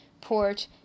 port